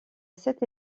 sept